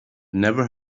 never